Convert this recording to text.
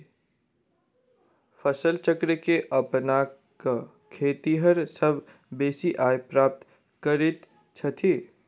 फसल चक्र के अपना क खेतिहर सभ बेसी आय प्राप्त करैत छथि